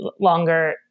longer